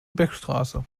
beckstraße